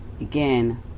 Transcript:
Again